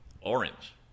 Orange